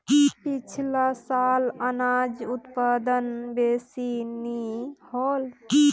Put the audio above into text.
पिछला साल अनाज उत्पादन बेसि नी होल